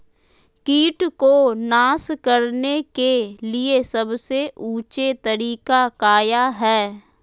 किट को नास करने के लिए सबसे ऊंचे तरीका काया है?